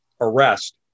arrest